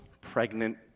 pregnant